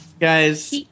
Guys